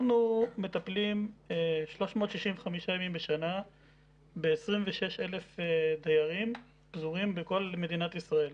אנחנו מטפלים 365 ימים בשנה ב-26,000 דיירים פזורים בכל מדינת ישראל.